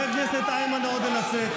תומך טרור מנוול, צא מפה.